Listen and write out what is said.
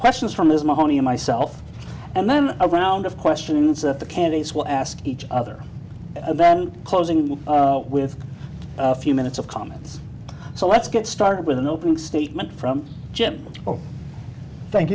questions from this mahoney and myself and then a round of questions that the candidates will ask each other and then closing with a few minutes of comments so let's get started with an opening statement from jim thank